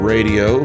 Radio